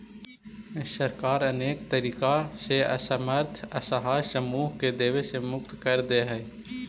सरकार अनेक तरीका से असमर्थ असहाय समूह के देवे से मुक्त कर देऽ हई